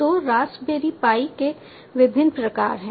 तो Raspberry Pi के विभिन्न प्रकार हैं